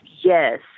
Yes